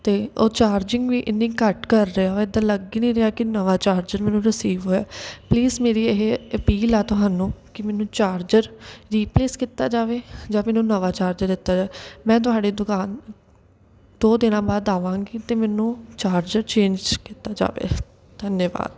ਅਤੇ ਉਹ ਚਾਰਜਿੰਗ ਵੀ ਇੰਨੀ ਘੱਟ ਕਰ ਰਿਹਾ ਇੱਦਾਂ ਲੱਗ ਹੀ ਨਹੀਂ ਰਿਹਾ ਕਿ ਨਵਾਂ ਚਾਰਜਰ ਮੈਨੂੰ ਰਿਸੀਵ ਹੋਇਆ ਪਲੀਜ਼ ਮੇਰੀ ਇਹ ਅਪੀਲ ਆ ਤੁਹਾਨੂੰ ਕਿ ਮੈਨੂੰ ਚਾਰਜਰ ਰੀਪਲੇਸ ਕੀਤਾ ਜਾਵੇ ਜਾਂ ਮੈਨੂੰ ਨਵਾਂ ਚਾਰਜਰ ਦਿੱਤਾ ਮੈਂ ਤੁਹਾਡੇ ਦੁਕਾਨ ਦੋ ਦਿਨਾਂ ਬਾਅਦ ਆਵਾਂਗੀ ਅਤੇ ਮੈਨੂੰ ਚਾਰਜਰ ਚੇਂਜ ਕੀਤਾ ਜਾਵੇ ਧੰਨਵਾਦ